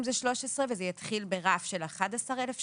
הוא 13 וזה יתחיל ברף של 11,000 שקלים,